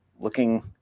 looking